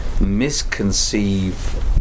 misconceive